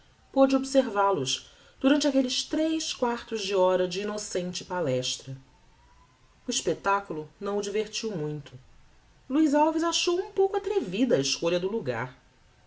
pôde observa los durantes aquelles tres quartos de hora de innocente palestra o espectaculo não o divertiu muito luiz alves achou um pouco atrevida a escolha do logar